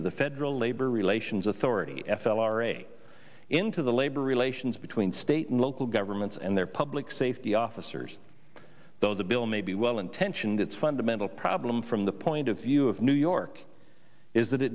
of the federal labor relations authority f l r a into the labor relations between state and local governments and their public safety officers though the bill may be well intentioned its fundamental problem from the point of view of new york is that it